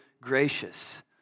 gracious